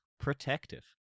protective